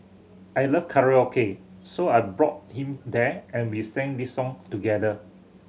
I love karaoke so I brought him there and we sang this song together